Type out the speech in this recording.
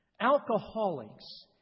alcoholics